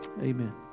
Amen